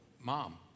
mom